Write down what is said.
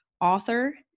author